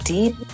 Deep